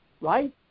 right